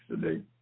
today